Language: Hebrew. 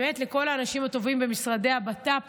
באמת לכל האנשים הטובים במשרדי הבט"פ,